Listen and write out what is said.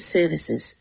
Services